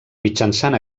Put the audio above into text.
mitjançant